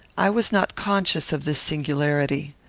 i was not conscious of this singularity.